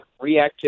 reactivity